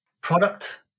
Product